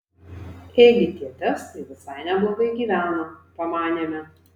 ėgi tie estai visai neblogai gyvena pamanėme